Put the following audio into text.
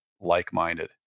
like-minded